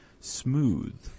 smooth